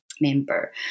member